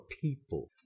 people